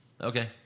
Okay